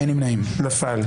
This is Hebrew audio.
נפל.